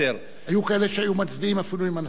היו כאלה שהיו מצביעים אפילו אם הנשיא לא היה מתערב.